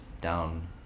down